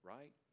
Right